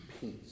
peace